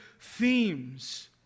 themes